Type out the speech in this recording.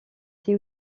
c’est